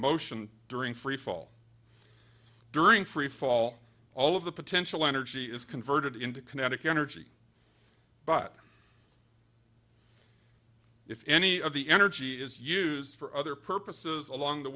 motion during freefall during freefall all of the potential energy is converted into kinetic energy but if any of the energy is used for other purposes along the